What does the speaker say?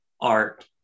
art